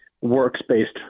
works-based